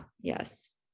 Yes